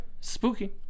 spooky